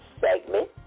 segment